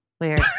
Weird